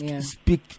speak